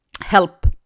help